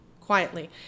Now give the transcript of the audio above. quietly